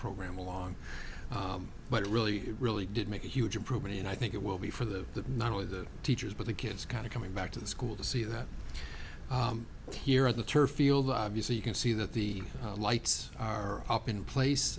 program along but it really really did make a huge improvement and i think it will be for the not only the teachers but the kids kind of coming back to the school to see that here in the turf field obviously you can see that the lights are up in place